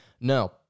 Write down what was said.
No